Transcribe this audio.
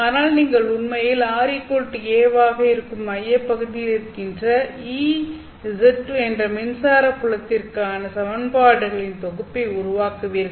ஆனால் நீங்கள் உண்மையில் ra வாக இருக்கும் மையப்பகுதியில் இருக்கின்ற Ez2 என்ற மின்சாரத் புலத்திற்கான சமன்பாடுகளின் தொகுப்பை உருவாக்குவீர்கள்